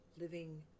living